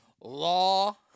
law